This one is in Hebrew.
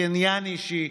קניין אישי,